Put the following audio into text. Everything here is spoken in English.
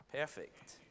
Perfect